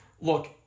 look